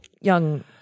young